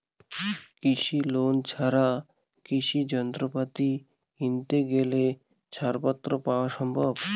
কৃষি লোন ছাড়া কৃষি যন্ত্রপাতি কিনতে গেলে ছাড় পাওয়া সম্ভব?